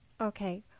Okay